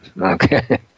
Okay